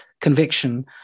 conviction